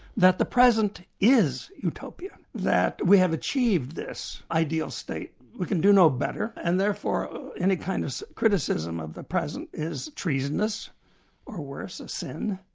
that the present is utopia, that we have achieved this ideal state. we can do no better and therefore any kind of criticism of the present is treasonous or worse, a sin.